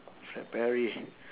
fred perry